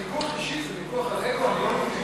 מישהו יכול להתכחש לעובדה הזאת